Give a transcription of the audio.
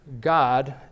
God